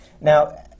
Now